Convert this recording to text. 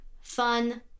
fun